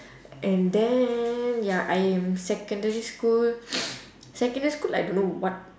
and then ya I in secondary school secondary school I don't know what